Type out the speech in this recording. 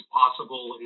possible